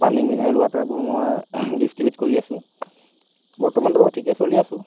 পানী মিনাৰেল ৱাটাৰবোৰ মই ডিষ্ট্ৰিবিউট কৰি আছোঁ বৰ্তমানটো বাৰু ঠিকে চলি আছোঁ